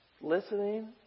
listening